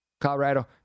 Colorado